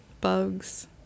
bugs